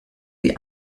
sie